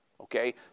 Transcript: okay